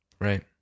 Right